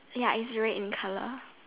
ya is red in colour